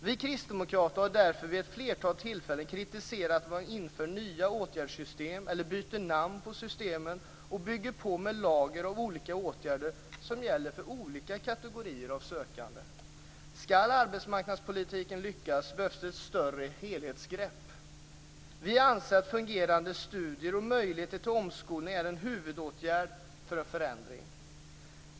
Vi kristdemokrater har därför vid ett flertal tillfällen kritiserat att man inför nya åtgärdssystem, eller byter namn på systemen, och bygger på med lager av olika åtgärder som gäller för olika kategorier av sökande. Skall arbetsmarknadspolitiken lyckas behövs det ett större helhetsgrepp. Vi anser att fungerande studier och möjligheter till omskolning är en huvudåtgärd för en förändring.